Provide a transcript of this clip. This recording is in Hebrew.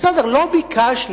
בסדר, לא ביקשנו